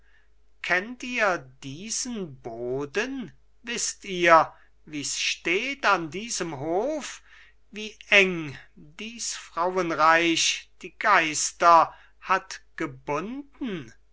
kennt ihr diesen boden wißt ihr wie's steht an diesem hof wie eng dies frauenreich die geister hat gebunden